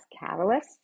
catalysts